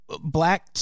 black